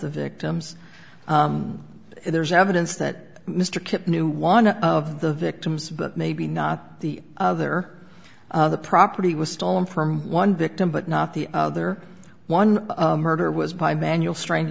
the victims there's evidence that mr kipp knew one of the victims but maybe not the other the property was stolen from one victim but not the other one murder was by manual strang